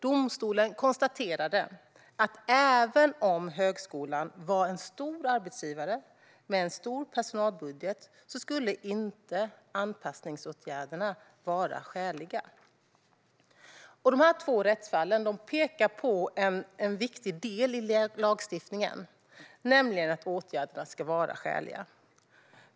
Domstolen konstaterade att även om högskolan är en stor arbetsgivare med en stor personalbudget skulle inte anpassningsåtgärderna vara skäliga. Dessa två rättsfall pekar på en viktig del i lagstiftningen, nämligen att åtgärderna ska vara skäliga.